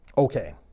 Okay